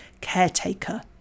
caretaker